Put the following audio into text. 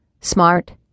Smart